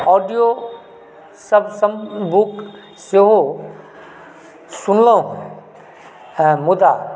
audio सङ्ग book सेहो सुनलहुँ मुदा